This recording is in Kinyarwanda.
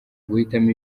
guhitamo